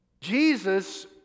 Jesus